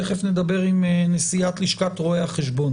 תכף נדבר עם נשיאת לשכת רואי החשבון